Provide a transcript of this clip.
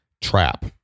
trap